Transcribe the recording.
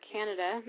Canada